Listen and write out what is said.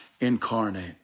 incarnate